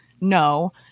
No